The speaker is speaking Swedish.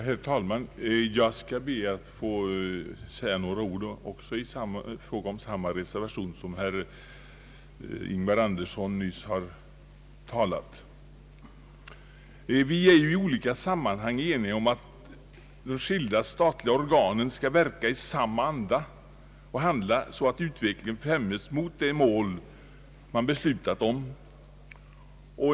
Herr talman! Jag skall be att få säga några ord angående samma reservation som herr Ingvar Andersson nyss talade om. Vi är ju i skilda sammanhang eniga om att olika statliga organ skall verka i samma anda och handla så att utvecklingen styres mot det mål man beslutat om.